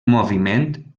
moviment